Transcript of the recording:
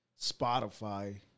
Spotify